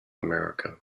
america